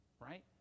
right